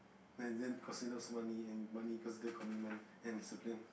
and then money and money goes into commitment and discipline